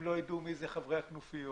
אם לא ידעו מיהם חברי הכנופיות,